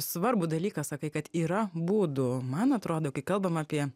svarbų dalyką sakai kad yra būdų man atrodo kai kalbam apie